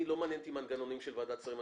לא מעניינים אותי מנגנונים של ועדת שרים.